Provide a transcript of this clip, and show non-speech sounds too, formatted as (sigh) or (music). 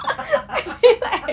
(laughs)